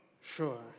Sure